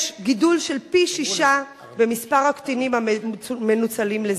יש גידול של פי-שישה במספר הקטינים המנוצלים לזנות.